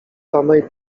samej